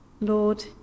Lord